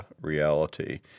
reality